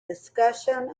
discussion